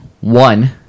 one